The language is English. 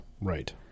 Right